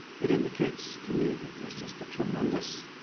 it indicates to me that there's just a tremendous